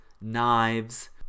knives